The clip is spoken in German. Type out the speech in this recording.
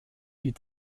die